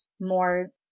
more